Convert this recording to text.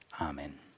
Amen